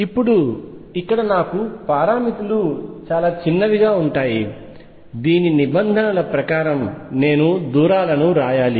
ఇప్పుడు ఇక్కడ నాకు పారామితులు చిన్నవిగా ఉంటాయి దీని నిబంధనల ప్రకారం నేను దూరాలను రాయాలి